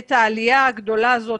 את העלייה הגדולה הזאת,